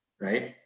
right